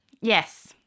Yes